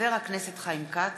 חבר הכנסת חיים כץ,